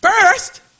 First